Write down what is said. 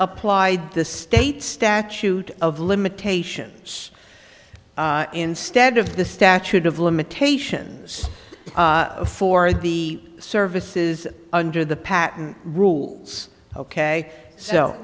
applied the state statute of limitations instead of the statute of limitations for the services under the patent rules ok so